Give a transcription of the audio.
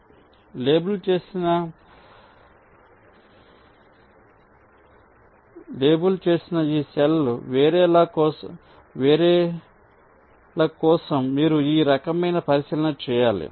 మీరు లేబుల్ చేసిన ఈ సెల్ వేరే ల కోసం మీరు ఒక రకమైన పరిశీలన చేయాలి